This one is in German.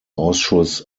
ausschuss